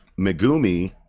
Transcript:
megumi